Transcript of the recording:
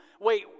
Wait